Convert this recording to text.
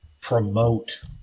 promote